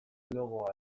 logoa